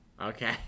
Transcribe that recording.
Okay